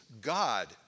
God